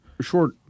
short